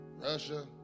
Russia